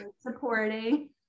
supporting